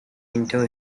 into